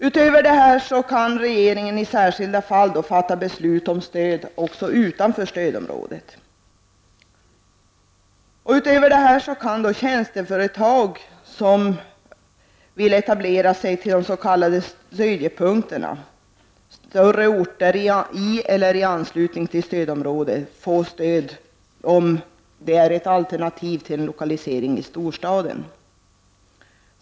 Utöver detta kan regeringen i särskilda fall fatta beslut om stöd även utanför stödområdet. Utöver detta kan tjänsteföretag, som vill etablera sig till de s.k. stödjepunkterna, dvs. större orter i eller i anslutning till stödområden, få stöd om etableringen är ett alternativ till lokalisering i storstad.